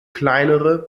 kleinere